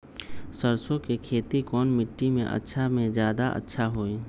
सरसो के खेती कौन मिट्टी मे अच्छा मे जादा अच्छा होइ?